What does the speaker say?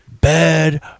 Bad